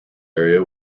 area